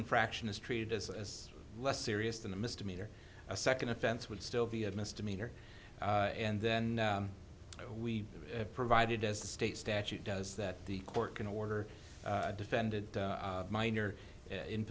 infraction is treated as a less serious than a misdemeanor a second offense would still be of misdemeanor and then we provided as a state statute does that the court can order defended minor in